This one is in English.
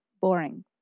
boring